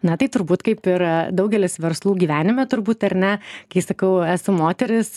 na tai turbūt kaip ir daugelis verslų gyvenime turbūt ar ne kai sakau esu moteris